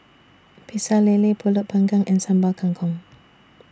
Pecel Lele Pulut Panggang and Sambal Kangkong